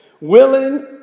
willing